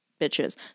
Bitches